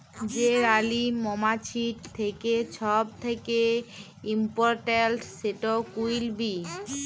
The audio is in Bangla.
যে রালী মমাছিট থ্যাকে ছব thing important, that will bee